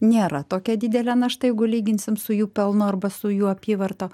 nėra tokia didelė našta jeigu lyginsim su jų pelnu arba su jų apyvarta